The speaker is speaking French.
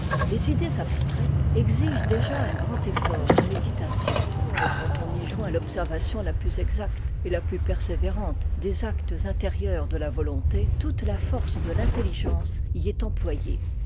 les idées abstraites exigent déjà un grand effort de méditation mais quand on y joint l'observation la plus exacte et la plus persévérante des actes intérieurs de la volonté toute la force de l'intelligence y est employée